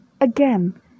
again